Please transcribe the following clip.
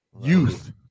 youth